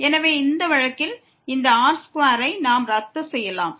எனவே இந்த வழக்கில் இந்த r2 ஐ நாம் ரத்து செய்யலாம்